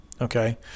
Okay